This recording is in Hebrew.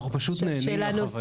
אנחנו נהנים מהחוויה.